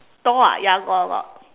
door ah ya got got got